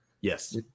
Yes